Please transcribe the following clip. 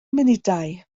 munudau